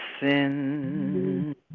sin